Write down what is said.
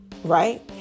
Right